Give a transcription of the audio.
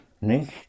nicht